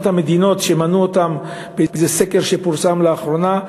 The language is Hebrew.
המדינות שמנו אותן באיזה סקר שפורסם לאחרונה,